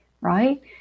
right